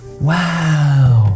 Wow